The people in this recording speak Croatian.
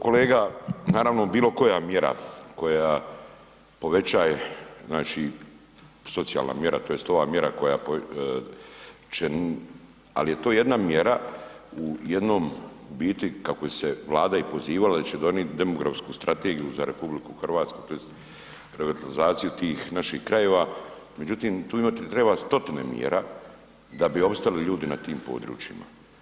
Kolega, naravno bilo koja mjera koja povećaje, znači socijalna mjera tj. ova mjera koja će, al je to jedna mjera u jednom u biti kako je se i Vlada pozivala da će donit demografsku strategiju za RH tj. revitalizaciju tih naših krajeva, međutim, tu treba stotine mjera da bi opstali ljudi na tim područjima.